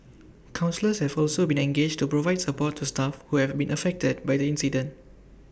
counsellors have also been engaged to provide support to staff who have been affected by the incident